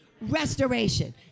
restoration